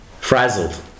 frazzled